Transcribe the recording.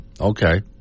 okay